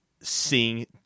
seeing